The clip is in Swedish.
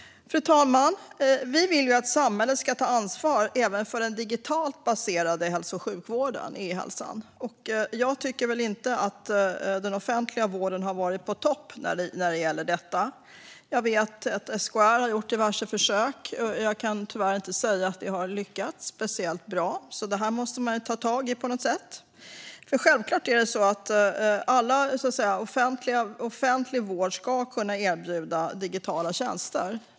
Fru talman! Vi vill att samhället ska ta ansvar även för den digitalt baserade hälso och sjukvården, e-hälsan. Jag tycker väl inte att den offentliga vården har varit på topp i denna fråga. Jag vet att SKR har gjort diverse försök, och jag kan tyvärr inte säga att de har lyckats speciellt bra. Så det måste man ta tag i på något sätt. Självklart ska all offentlig vård kunna erbjuda digitala tjänster.